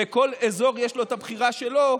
ולכל אזור יש את הבחירה שלו,